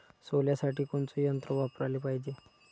सोल्यासाठी कोनचं यंत्र वापराले पायजे?